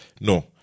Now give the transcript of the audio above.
No